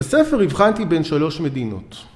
בספר הבחנתי בין שלוש מדינות